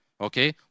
Okay